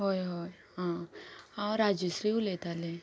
हय हय हांव राजेश्री उलयतालें